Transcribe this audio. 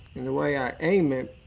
and the way i aim it,